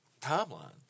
timeline